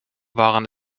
waren